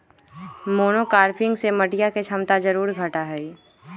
monocropping से मटिया के क्षमता जरूर घटा हई